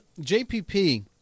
JPP